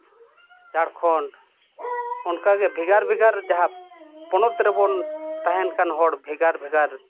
ᱡᱷᱟᱲᱠᱷᱚᱸᱰ ᱚᱱᱠᱟᱜᱮ ᱵᱷᱮᱜᱟᱨ ᱡᱟᱦᱟᱸ ᱯᱚᱱᱚᱛ ᱨᱮᱵᱚᱱ ᱛᱟᱦᱮᱱ ᱠᱟᱱ ᱦᱚᱲ ᱵᱷᱮᱜᱟᱨ ᱵᱷᱮᱜᱟᱨ